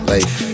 Life